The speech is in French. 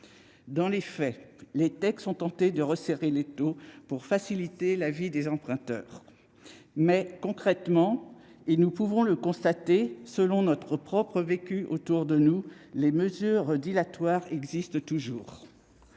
Dans les faits, les textes ont tenté de resserrer l'étau pour faciliter la vie des emprunteurs. Toutefois, comme nous pouvons le constater dans notre propre vécu ou autour de nous, les mesures dilatoires existent toujours.